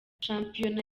shampiyona